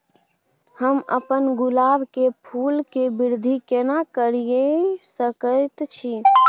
हम अपन गुलाब के फूल के वृद्धि केना करिये सकेत छी?